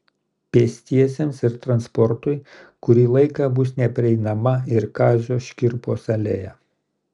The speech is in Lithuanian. pėstiesiems ir transportui kurį laiką bus neprieinama ir kazio škirpos alėja